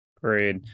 great